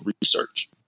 research